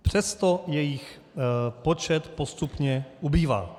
Přesto jejich počet postupně ubývá.